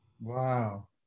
Wow